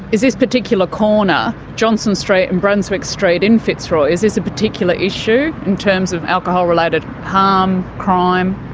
is this particular corner, johnston street and brunswick street in fitzroy, is this a particular issue in terms of alcohol-related harm, crime?